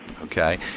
Okay